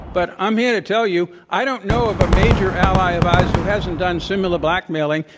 but i'm here to tell you, i don't know of a major ally of ours who hasn't done similar blackmailing.